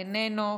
איננו,